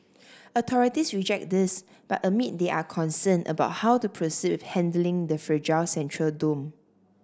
authorities reject this but admit they are concerned about how to proceed with handling the fragile central dome